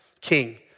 king